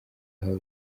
aho